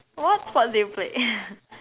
what sport do you play